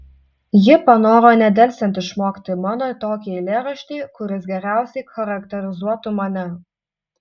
ji panoro nedelsiant išmokti mano tokį eilėraštį kuris geriausiai charakterizuotų mane